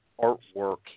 artwork